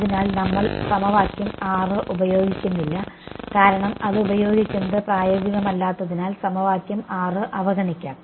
അതിനാൽ നമ്മൾ സമവാക്യം 6 ഉപയോഗിക്കുന്നില്ല കാരണം അത് ഉപയോഗിക്കുന്നത് പ്രായോഗികമല്ലാത്തതിനാൽ സമവാക്യം 6 അവഗണിക്കാം